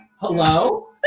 Hello